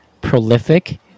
prolific